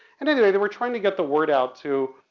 and anyway, they were trying to get the word out to,